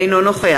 אינו נוכח